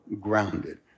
grounded